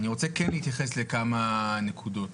אני רוצה להתייחס לכמה נקודות